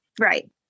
Right